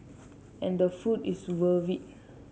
and the food is worth it